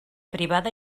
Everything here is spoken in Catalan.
privada